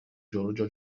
giorgio